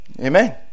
amen